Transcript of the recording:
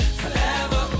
forever